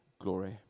glory